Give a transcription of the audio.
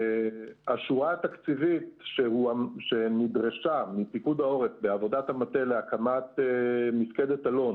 השורה התקציבית שנדרשה מפיקוד העורף בעובדת המטה להקמת מפקדת אלון